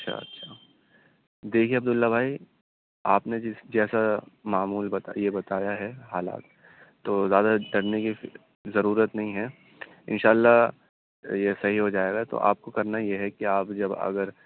اچھا اچھا دیکھیے عبداللہ بھائی آپ نے جس جیسا معمول بتا یہ بتایا ہے حالات تو زیادہ ڈرنے کی ضرورت نہیں ہے اِنشاء اللہ یہ صحیح ہو جائے گا تو آپ کو کرنا یہ ہے کہ آپ جب اگر